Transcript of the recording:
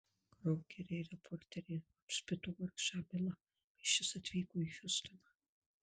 kraugeriai reporteriai apspito vargšą bilą kai šis atvyko į hjustoną